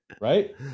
right